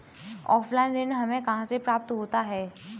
Offline ऋण हमें कहां से प्राप्त होता है?